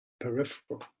peripheral